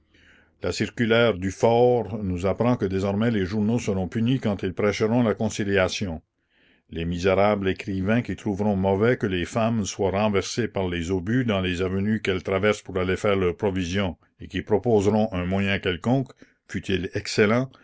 la circulaire dufaure nous apprend que désormais les journaux seront punis quand ils prêcheront la conciliation les misérables écrivains qui trouveront mauvais que les femmes soient renversées par les obus dans les avenues qu'elles traversent pour aller faire leurs provisions et qui proposeront un moyen quelconque fût-il excellent